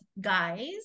guys